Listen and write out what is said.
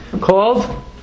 called